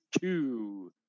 two